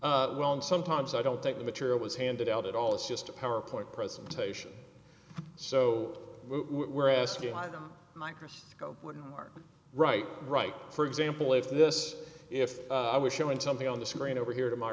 t well and sometimes i don't think the material was handed out at all it's just a powerpoint presentation so we were asking why the microscope wouldn't work right right for example if this if i was showing something on the screen over here to my